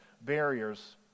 barriers